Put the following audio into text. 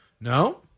No